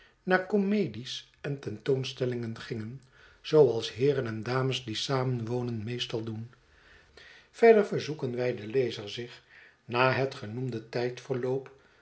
naar comedie's en tentoonstellingen gingen zooals heeren en dames die samen wonen meestal doen yerder verzoeken wij den lezer zich na het genoemde